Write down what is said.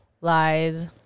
lies